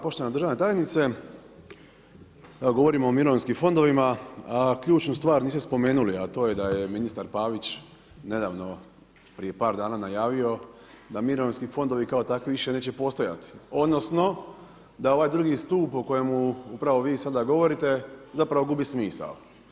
Poštovana državna tajnice, govorimo o mirovinskim fondovima, a ključnu stvar nije ste spomenuli, a to je da je ministar Pavić, prije par dana najavio, da mirovinski fondovi kao takvi više neće postojati, odnosno, da ovaj drugi stup o kojem vi sada govorite zapravo gubi smisao.